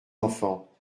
enfants